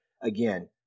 Again